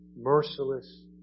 merciless